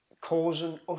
causing